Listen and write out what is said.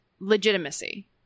Legitimacy